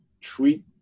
treat